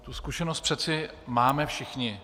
Tu zkušenost přece máme všichni.